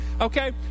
Okay